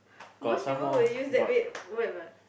most people will use that babe word [what]